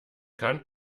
kann